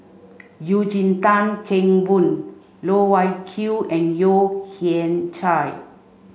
Eugene Tan Kheng Boon Loh Wai Kiew and Yeo Kian Chai